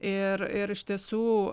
ir ir iš tiesų